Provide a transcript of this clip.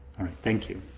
thank you.